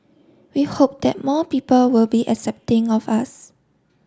we hope that more people will be accepting of us